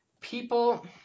People